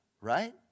Right